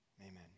Amen